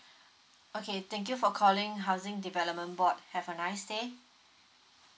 okay thank you for calling housing development board have a nice day